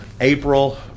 april